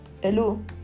hello